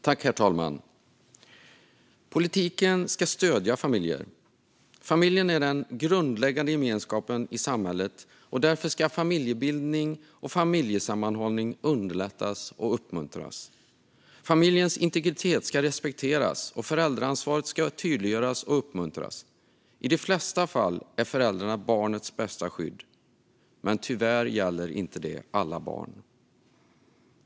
Herr talman! Politiken ska stödja familjer. Familjen är den grundläggande gemenskapen i samhället, och därför ska familjebildning och familjesammanhållning underlättas och uppmuntras. Familjens integritet ska respekteras, och föräldraansvaret ska tydliggöras och uppmuntras. I de flesta fall är föräldrarna barnets bästa skydd. Tyvärr gäller det inte alla barn.